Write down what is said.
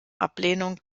ablehnung